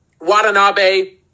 Watanabe